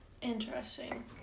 Interesting